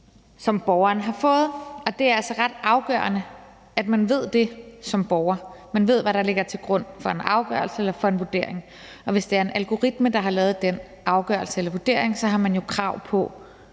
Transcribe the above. som borgeren har fået, og det er altså ret afgørende, at man som borger ved, hvad der ligger til grund for en afgørelse eller for en vurdering, og hvis det er en algoritme, der har lavet den afgørelse eller vurdering, har man jo krav på